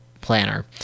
planner